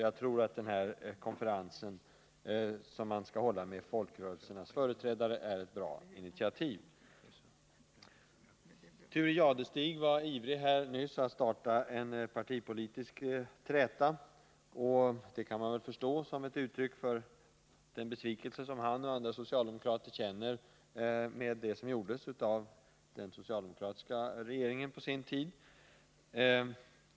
Jag tror att den konferens man skall hålla med folkrörelsernas företrädare är ett bra initiativ. Thure Jadestig var nyss ivrig att starta en partipolitisk träta, och det kan jag förstå — det är ett uttryck för den besvikelse som han och andra socialdemokrater känner över det som gjordes av den socialdemokratiska regeringen på sin tid.